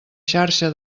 xarxa